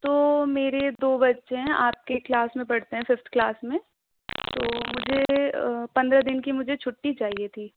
تو میرے دو بچے ہیں آپ کے کلاس میں پڑھتے ہیں ففتھ کلاس میں تو مجھے پندرہ دن کی مجھے چھٹی چاہیے تھی